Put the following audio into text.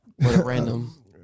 random